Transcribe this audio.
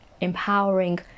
empowering